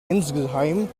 insgeheim